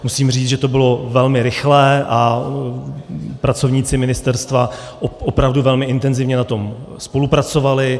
Musím říct, že to bylo velmi rychlé a pracovníci ministerstva na tom opravdu velmi intenzivně spolupracovali.